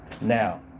Now